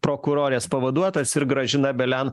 prokurorės pavaduotojas ir gražina belian